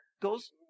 goes